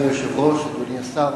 אדוני היושב-ראש, אדוני השר,